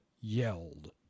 yelled